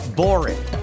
boring